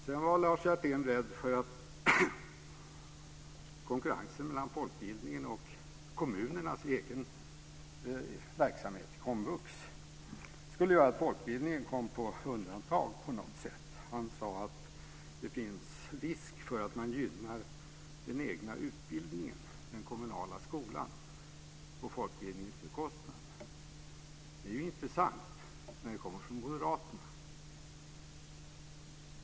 Sedan var Lars Hjertén rädd för att konkurrensen mellan folkbildningen och kommunernas egna verksamhet, komvux, skulle göra att folkbildningen kom på undantag. Han sade att det finns risk för att man gynnar den egna utbildningen, den kommunala skolan, på folkbildningens bekostnad. Det är intressant när något sådant kommer från moderaterna.